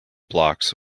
blocks